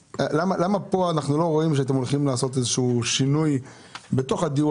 למה כאן אנחנו לא רואים שאתם הולכים לעשות איזשהו שינוי בתוך הדיור